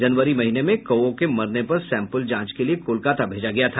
जनवरी महीने में कौओं के मरने पर सैंपल जांच के लिए कोलकाता भेजा गया था